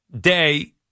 Day